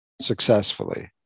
successfully